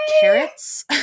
carrots